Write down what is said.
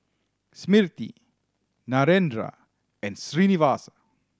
Smriti Narendra and Srinivasa